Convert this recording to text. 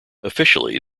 officially